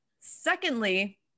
Secondly